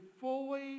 fully